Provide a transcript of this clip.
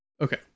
Okay